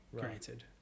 Granted